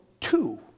two